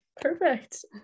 Perfect